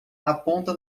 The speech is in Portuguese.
aponta